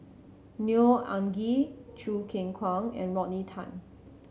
Neo Anngee Choo Keng Kwang and Rodney Tan